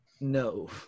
No